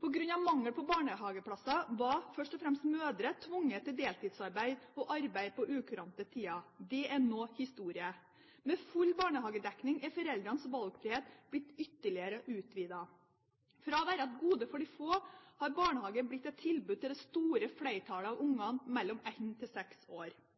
På grunn av mangel på barnehageplasser var først og fremst mødre tvunget til deltidsarbeid og arbeid til ukurante tider. Det er nå historie. Med full barnehagedekning er foreldres valgfrihet blitt ytterligere utvidet. Fra å være et gode for de få har barnehager blitt et tilbud til det store flertall av barna mellom ett og seks år.